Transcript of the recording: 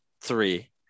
three